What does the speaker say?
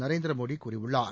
நரேந்திர மோடி கூறியுள்ளார்